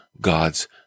God's